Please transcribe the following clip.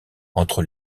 entre